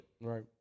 Right